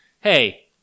Hey